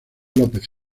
lópez